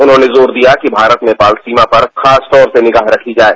उन्होंने जोर दिया कि भारत नेपाल सीमा पर खासतौर से निगाह रखी जाये